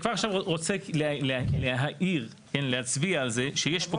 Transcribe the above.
כבר עכשיו אני רוצה להצביע על זה שיש פה